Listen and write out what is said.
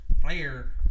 player